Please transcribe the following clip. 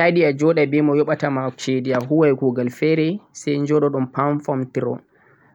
aranni to'a yidi a jodah beh mo nyobata chede a huwan kugal fere sai jododhon famfamtiron